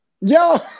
yo